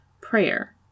prayer